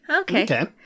Okay